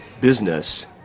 business